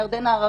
הירדן ההררי,